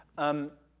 um,